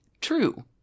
true